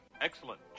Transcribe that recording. excellent